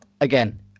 again